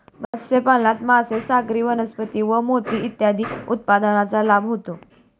मत्स्यपालनात मासे, सागरी वनस्पती व मोती इत्यादी उत्पादनांचा लाभ होतो